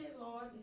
lord